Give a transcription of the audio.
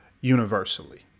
universally